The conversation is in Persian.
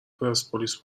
پرسپولیس